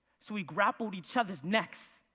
so we grappled each other's necks.